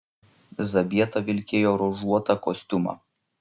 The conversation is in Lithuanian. zabieta vilkėjo ruožuotą kostiumą